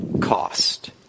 cost